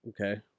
okay